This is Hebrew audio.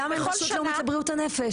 למה אין רשות לאומית לבריאות הנפש?